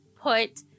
put